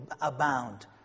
abound